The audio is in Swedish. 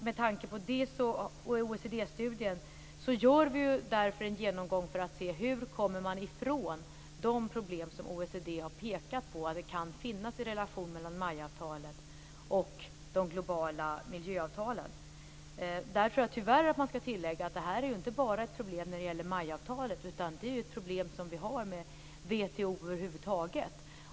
Med tanke på det gör vi en genomgång för att se hur man kommer ifrån de problem som OECD ha pekat på kan finnas i relationen mellan MAI-avtalet och de globala miljöavtalen. Tyvärr måste jag tillägga att detta inte bara är ett problem när det gäller MAI avtalet, utan det problemet har vi med WTO över huvud taget.